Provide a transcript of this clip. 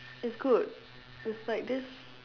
it's good it's like this